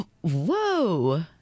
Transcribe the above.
whoa